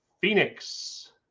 Phoenix